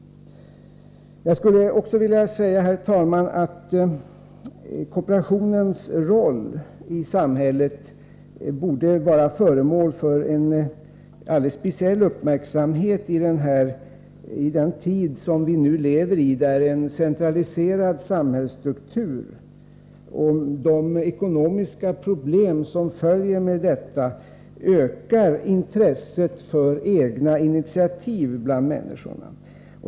Jag skulle också vilja säga att kooperationens roll i samhället borde vara föremål för en alldeles speciell uppmärksamhet i den tid som vi nu lever i, där en centraliserad samhällsstruktur och de ekonomiska problem som följer med detta, ökar intresset för egna initiativ bland människorna.